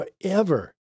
forever